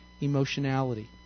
emotionality